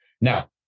Now